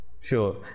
Sure